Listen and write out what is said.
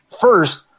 first